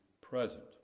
present